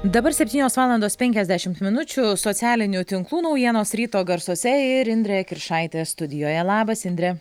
dabar septynios valandos penkiasdešimt minučių socialinių tinklų naujienos ryto garsuose ir indrė kiršaitė studijoje labas indre